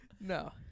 No